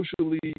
Socially